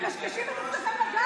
אם מקשקשים את עצמכם לדעת.